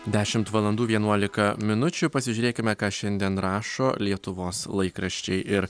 dešimt valandų vienuolika minučių pasižiūrėkime ką šiandien rašo lietuvos laikraščiai ir